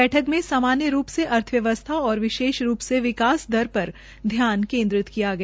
बैठक में सामान्य रूप से अर्थव्यवसथा और और विशेष रूप से विकास दर पर ध्यान केन्द्रित किया गया